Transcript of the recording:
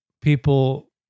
people